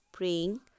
Praying